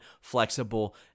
flexible